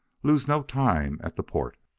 lose no time at the port!